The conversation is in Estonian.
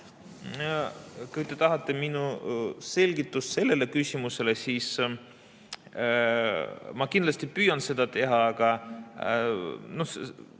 Kui te tahate minu selgitust sellele küsimusele, siis ma kindlasti püüan seda teha, aga ma